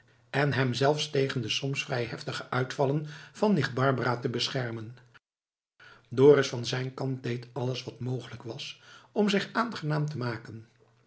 en hem zelfs tegen de soms vrij heftige uitvallen van nicht barbara te beschermen dorus van zijn kant deed alles wat mogelijk was om zich aangenaam te maken